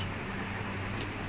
suddenly in the